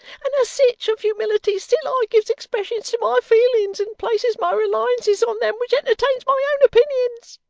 and as sich, of humilities, still i gives expressions to my feelings, and places my reliances on them which entertains my own opinions